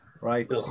Right